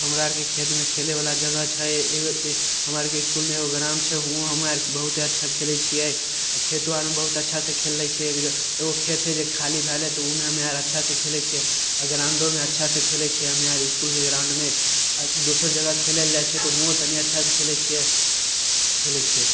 हमरा आरके खेतमे खेलै बला जगह छै हमरा आरके इसकुलमे एगो ग्राउण्ड छै हुआँ हमरा आरके बहुते अच्छा खेलैत छियै खेतो आरमे बहुत अच्छा से खेलैत छियै एगो खेत हय जे खाली भेलै तऽ ओहोमे हमे आर अच्छा से खेलैत छियै आ ग्राउंडोमे अच्छा से खेलैत छियै हमे आर इसकुलके ग्राउंडमे दोसर जगह खेलै लऽ जाइत छियै तऽ हुओ तनी अच्छा से खेलैत छियै खेलैत छियै